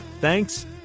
Thanks